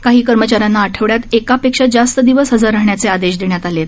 काही कर्मचाऱ्यांना आठवड्यात एकापेक्षा जास्त दिवस हजर राहण्याचे आदेश देण्यात आलेत